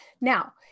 Now